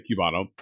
Cubano